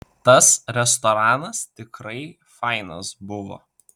tas restoranas tikrai fainas buvo